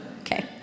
Okay